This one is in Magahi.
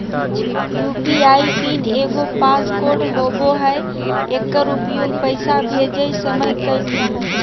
यू.पी.आई पिन एगो पास कोड होबो हइ एकर उपयोग पैसा भेजय समय कइल जा हइ